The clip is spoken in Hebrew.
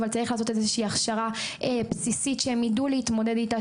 אבל צריך לעשות איזושהי הכשרה בסיסית שהם יידעו להתמודד איתה.